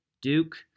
Duke